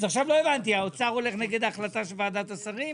אז עכשיו האוצר הולך נגד החלטת ועדת השרים?